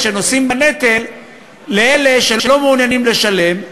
שנושאים בנטל של אלה שלא מעוניינים לשלם,